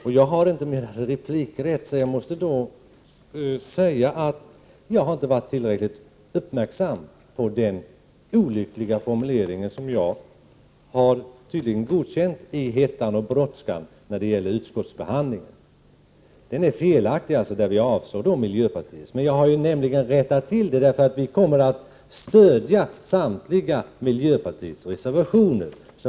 Eftersom jag inte har rätt till ytterligare replik måste jag få säga att jag inte har varit tillräckligt uppmärksam på den olyckliga formulering som jag i hettan och brådskan varit med om att godkänna i samband med utskottsbehandlingen. Men jag har ju gjort ett tillrättaläggande. Vi kommer alltså att stödja samtliga miljöpartiets reservationer.